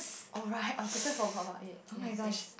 alright I totally forgot about it yes yes